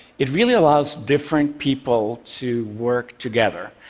it really allows different people to work together.